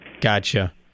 Gotcha